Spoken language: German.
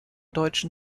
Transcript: deutschen